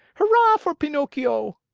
hurrah for pinocchio!